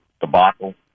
debacle